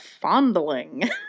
fondling